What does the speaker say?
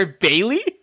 Bailey